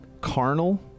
carnal